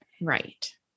right